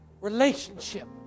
relationship